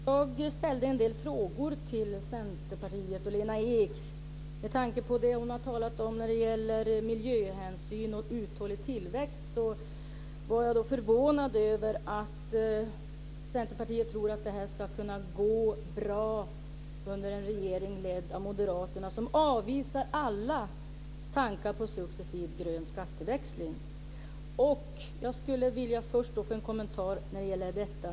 Fru talman! Jag ställde en del frågor till Centerpartiet och Lena Ek. Med tanke på det hon har talat om när det gäller miljöhänsyn och uthållig tillväxt är jag förvånad över att Centerpartiet tror att detta ska kunna gå bra under en regering ledd av Moderaterna, som avvisar alla tankar på en successiv grön skatteväxling. Jag skulle vilja få en kommentar till detta.